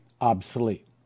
obsolete